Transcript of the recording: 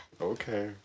Okay